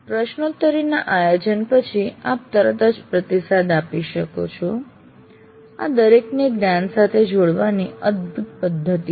પ્રશ્નોત્તરીના આયોજન પછી આપ તરત જ પ્રતિસાદ આપી શકો છો આ દરેકને જ્ઞાન સાથે જોડવાની અદભૂત પદ્ધતિ છે